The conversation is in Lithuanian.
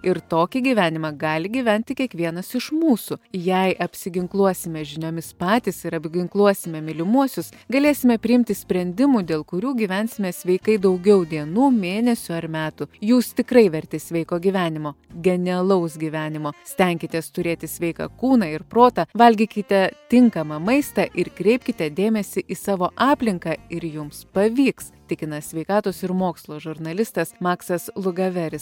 ir tokį gyvenimą gali gyventi kiekvienas iš mūsų jei apsiginkluosime žiniomis patys ir apginkluosime mylimuosius galėsime priimti sprendimų dėl kurių gyvensime sveikai daugiau dienų mėnesių ar metų jūs tikrai verti sveiko gyvenimo genialaus gyvenimo stenkitės turėti sveiką kūną ir protą valgykite tinkamą maistą ir kreipkite dėmesį į savo aplinką ir jums pavyks tikina sveikatos ir mokslo žurnalistas maksas lugaveris